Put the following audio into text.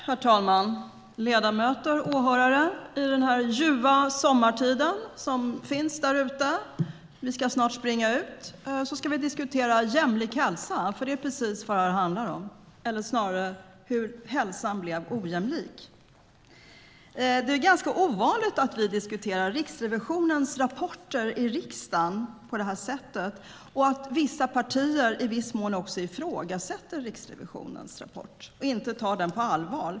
Herr talman! Ledamöter och åhörare! I denna ljuva sommartid - vi ska snart springa ut - ska vi diskutera jämlik hälsa, för det är precis vad det här handlar om, eller snarare hur hälsan blev ojämlik. Det är ganska ovanligt att vi diskuterar Riksrevisionens rapporter i riksdagen på det här sättet och att vissa partier i viss mån också ifrågasätter Riksrevisionens rapport och inte tar den på allvar.